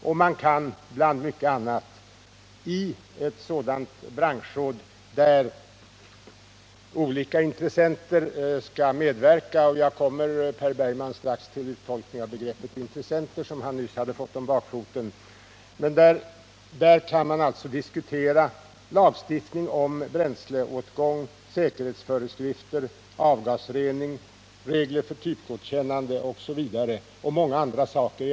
Och man kan bland mycket annat i ett sådant branschråd, där olika intressenter skall medverka — jag kommer att för Per Bergman strax uttolka begreppet intressenter, som han nyss hade fått om bakfoten — diskutera lagstiftning om bränsleåtgång, säkerhetsföreskrifter och avgasrening, regler för typgodkännande och många andra saker.